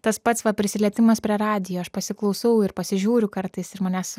tas pats va prisilietimas prie radijo aš pasiklausau ir pasižiūriu kartais ir manęs